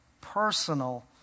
personal